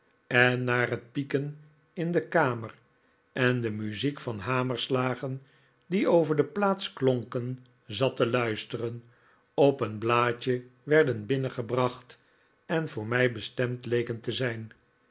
en naar het pieken in de kamer en de muziek van de hamerslagen die over de plaats klonken zat te luisteren op een maadje werden binnengebracht en voor mij bestemd bleken te zijn